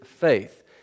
faith